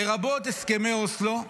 לרבות הסכמי אוסלו,